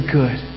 good